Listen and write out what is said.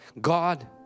God